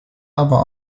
aber